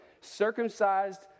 Circumcised